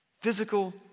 physical